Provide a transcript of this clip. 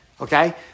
Okay